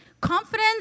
confidence